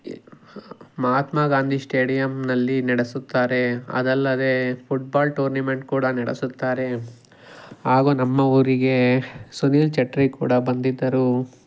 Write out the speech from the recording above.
ಮಹಾತ್ಮ ಗಾಂಧಿ ಸ್ಟೇಡಿಯಮ್ನಲ್ಲಿ ನಡೆಸುತ್ತಾರೆ ಅದಲ್ಲದೇ ಫುಟ್ಬಾಲ್ ಟೂರ್ನಿಮೆಂಟ್ ಕೂಡ ನಡೆಸುತ್ತಾರೆ ಹಾಗು ನಮ್ಮ ಊರಿಗೆ ಸುನಿಲ್ ಚೇತ್ರಿ ಕೂಡ ಬಂದಿದ್ದರು